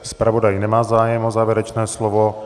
Zpravodaj nemá zájem o závěrečné slovo.